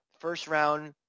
first-round